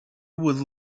with